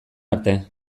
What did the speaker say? arte